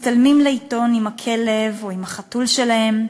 מצטלמים לעיתון עם הכלב או עם החתול שלהם,